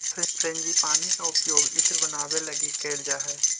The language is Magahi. फ्रेंजीपानी के उपयोग इत्र बनावे लगी कैइल जा हई